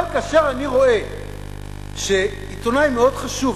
אבל כאשר אני רואה שעיתונאי מאוד חשוב,